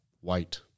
White